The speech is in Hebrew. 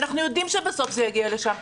אנחנו יודעים שבסוף זה יגיע לשם,